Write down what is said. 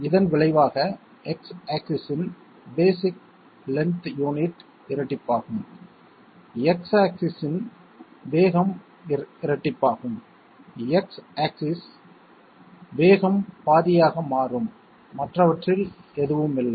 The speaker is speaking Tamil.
இதன் விளைவாக X ஆக்ஸிஸ் இன் பேஸிக் லென்த் யூனிட் இரட்டிப்பாகும் X ஆக்ஸிஸ் இன் வேகம் இரட்டிப்பாகும் எக்ஸ் ஆக்ஸிஸ் இன் வேகம் பாதியாக மாறும் மற்றவற்றில் எதுவுமில்லை